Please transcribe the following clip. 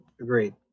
Agreed